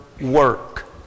work